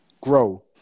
grow